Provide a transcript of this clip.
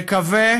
נקווה